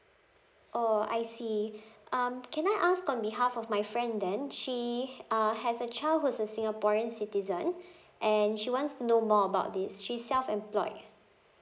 oh I see um can I ask on behalf of my friend then she uh has a child who's a singaporean citizen and she wants to know more about this she's self employed